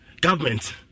Government